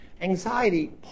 Anxiety